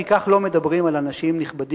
כי כך לא מדברים על אנשים נכבדים,